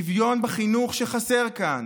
שוויון בחינוך, שחסר כאן,